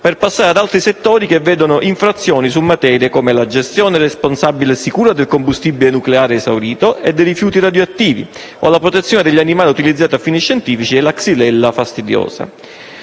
poi passare ad altri settori che vedono infrazioni su materie come la gestione responsabile e sicura del combustibile nucleare esaurito e dei rifiuti radioattivi o la protezione degli animali utilizzati a fini scientifici e la xylella fastidiosa.